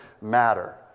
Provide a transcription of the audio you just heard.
matter